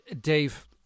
Dave